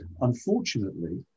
unfortunately